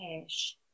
cash